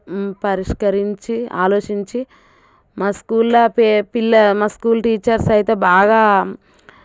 పరిష్కరించి ఆలోచించి మా స్కూల్లో పె పిల్ల మా స్కూల్ టీచర్స్ అయితే బాగా